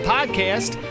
Podcast